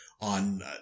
on